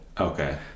Okay